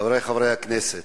חברי חברי הכנסת,